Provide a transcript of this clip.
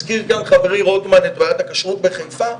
הזכיר כאן חברי רוטמן את בעיית הכשרות בחיפה,